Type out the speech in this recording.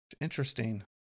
Interesting